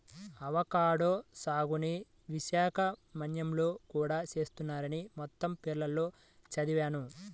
avocado సాగుని విశాఖ మన్యంలో కూడా చేస్తున్నారని మొన్న పేపర్లో చదివాను